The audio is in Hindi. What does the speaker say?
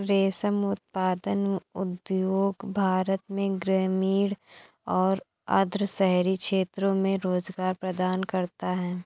रेशम उत्पादन उद्योग भारत में ग्रामीण और अर्ध शहरी क्षेत्रों में रोजगार प्रदान करता है